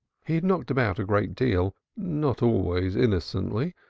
he had knocked about a great deal, not always innocently,